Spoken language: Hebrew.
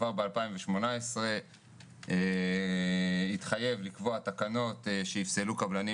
כבר ב-2018 התחייב לקבוע תקנות שיפסלו קבלנים